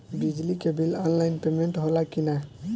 बिजली के bill online payment होला कि ना?